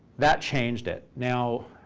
that changed it. now,